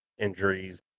injuries